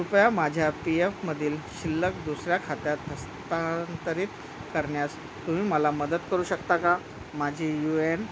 कृपया माझ्या पी एफमधील शिल्लक दुसऱ्या खात्यात हस्तांतरित करण्यास तुम्ही मला मदत करू शकता का माझी यू एन